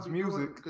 music